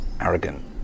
arrogant